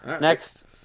Next